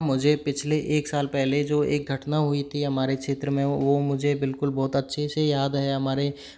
मुझे पिछले एक साल पहले जो एक घटना हुई थी हमारे क्षेत्र में वह मुझे बिल्कुल बहुत अच्छे से याद है